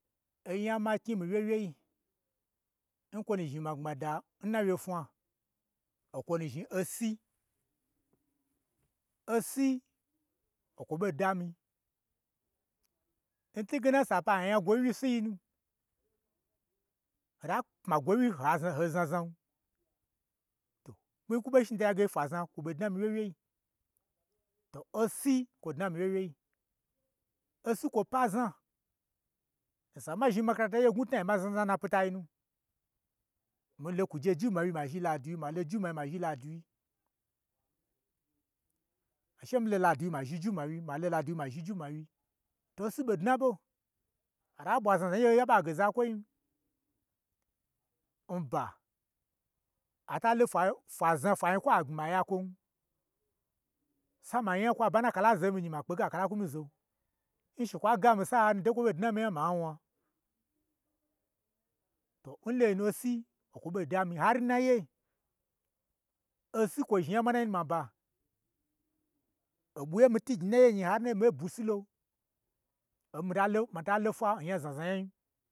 Onya n ma knyi no mii wye wyei, n kwonu zhni magbmada n na wye fnwa, okwo nu zhni osi, osi o kwo ɓo da mii, n twuge na n sapa ai a nya gwo wyi nu n sinu, ho ta pma gwowyi ha hoi znaznan, to mii kwu ɓo shni da yage fnwa zna kwo ɓo dnan mii wyewyei, to osi kwo dnan mii wyewyei, osi kwo pa n zna, osa n ma zhni makaranta oye n gnwu tnai ma zhazna n napitai nu, mii lo kuje n jumawyi, ma zhi n ladiwyii milo n jumawyii ma zhi n ladiwyii she milo n ladiwyii mazhi n jumawyii, ma lon ladiwyii ma zhi n jumawyii to osi ɓo dna n ɓo, ata ɓwa znaznai ngye n gye aɓain ge zakwowyin, nba, ata lofwa fwazna fwanyi kwa gbmi ma yakwon, sai ma nyakwo aba n na kala zo mii gnyi ma kpege akala kwu mii zo. Nshekwa ga mii sahanu, o do n kwo ɓo dna minya, ma wna, to n loi nu osi, okwoɓo dami, har naye, osi kwo zhni onya manainu n maba, oɓwuye n mii twugnyi naye nyi har n naye mei bwusi lo i omii mita lo fwa nnya znazna nyai.